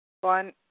One